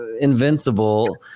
invincible